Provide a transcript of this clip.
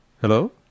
Hello